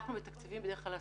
אנחנו מתקבצים בדרך כלל השמה.